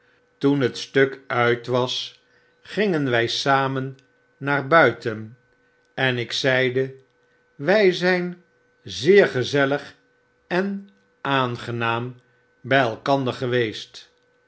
toen het stuk uit was gingen wij samen naar buiten en ik zeide wy zijn zeer gezellig en aangenaam by elkander geweest